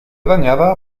dañada